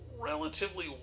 Relatively